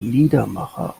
liedermacher